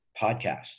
Podcast